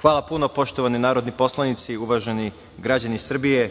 Hvala puno. Poštovani narodni poslanici, uvaženi građani Srbije,